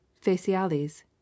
faciales